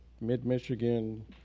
mid-Michigan